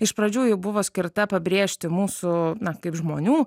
iš pradžių ji buvo skirta pabrėžti mūsų na kaip žmonių